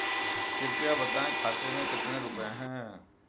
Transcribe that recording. कृपया बताएं खाते में कितने रुपए हैं?